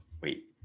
Wait